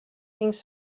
things